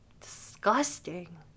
Disgusting